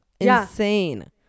insane